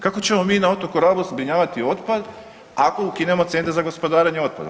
Kako ćemo mi na otoku Rabu zbrinjavati otpad ako ukinemo centar za gospodarenje otpadom?